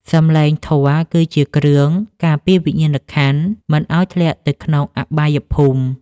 សំឡេងធម៌គឺជាគ្រឿងការពារវិញ្ញាណក្ខន្ធ មិនឱ្យធ្លាក់ទៅក្នុងអបាយភូមិ។